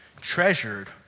treasured